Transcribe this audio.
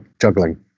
juggling